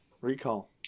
Recall